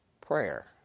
prayer